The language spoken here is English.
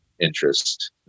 interest